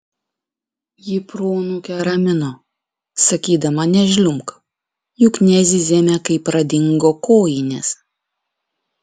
ji proanūkę ramino sakydama nežliumbk juk nezyzėme kai pradingo kojinės